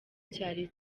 cyari